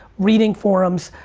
reading forums,